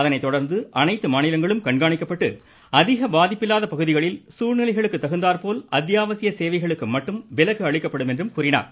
அதனைத்தொடா்ந்து அனைத்து மாநிலங்களும் கண்காணிக்கப்பட்டு அதிக பாதிப்பில்லாத பகுதிகளில் சூழ்நிலைகளுக்கு தகுந்தாற்போல் அத்யாவசிய சேவைகளுக்கு மட்டும் விலக்கு அளிக்கப்படும் என்றும் கூறினார்